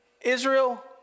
Israel